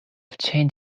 obtain